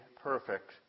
perfect